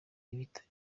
ibitari